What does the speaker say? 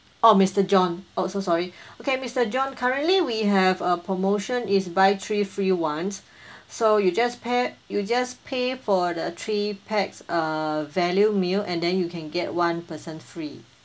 orh mister john oh so sorry okay mister john currently we have a promotion is buy three free one so you just pay you just pay for the three pax uh value meal and then you can get one person free